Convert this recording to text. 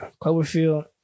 Cloverfield